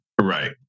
Right